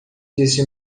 disse